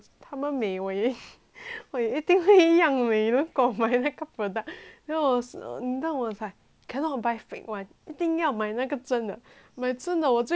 我也会一样美如果我买那个 product then I was I was like cannot buy fake [one] 一定要买那个真的买真的我就会跟他们一样美